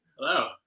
Hello